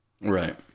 Right